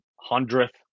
hundredth